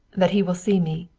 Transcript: that he will see me.